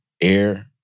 air